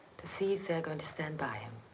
to see if they're going to stand by him.